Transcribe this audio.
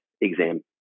exam